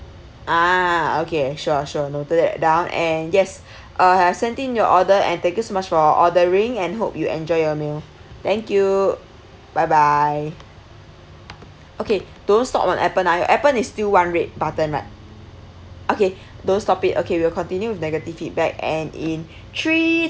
a'ah okay sure sure noted that down and yes uh I'm sending your order and thank you so much for ordering and hope you enjoy your meal thank you bye bye okay don't stop on appen ah your appen is still one red button right okay don't stop it okay we'll continue with negative feedback and in three